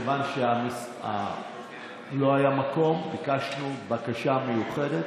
בגלל שלא היה מקום ביקשנו בקשה מיוחדת,